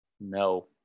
No